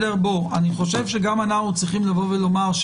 גם אנחנו צריכים לומר,